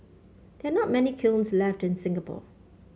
there are not many kilns left in Singapore